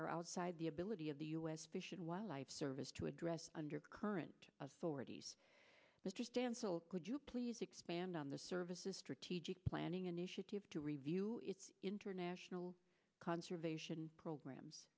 are outside the ability of the u s fish and wildlife service to address under current authorities mr stansell could you please expand on the service's strategic planning initiative to review international conservation programs